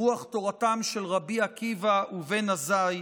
ברוח תורתם של רבי עקיבא ובן עזאי,